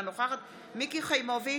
אינה נוכחת מיקי חיימוביץ'